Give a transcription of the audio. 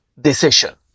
decision